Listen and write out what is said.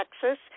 Texas